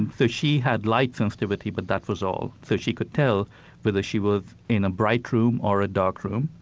and so she had light sensitivity but that was all, so she could tell whether she was in a bright room or a dark room.